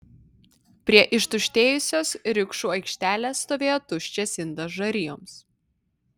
prie ištuštėjusios rikšų aikštelės stovėjo tuščias indas žarijoms